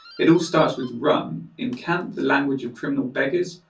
it all starts with rum. in cant, the language of criminal beggars,